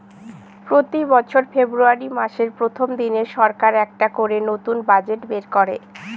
প্রতি বছর ফেব্রুয়ারী মাসের প্রথম দিনে সরকার একটা করে নতুন বাজেট বের করে